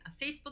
Facebook